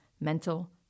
mental